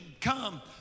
come